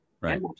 Right